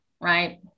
Right